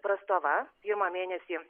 prastova pirmą mėnesį